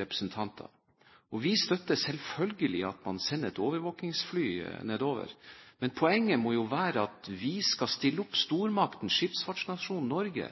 representanter helt hus forbi. Vi støtter selvfølgelig at man sender et overvåkingsfly nedover. Men poenget må jo være at vi skal stille opp. Stormakten skipsfartsnasjonen Norge